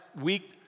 week